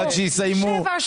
עד שיסיימו.